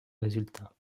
résultat